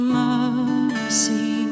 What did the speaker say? mercy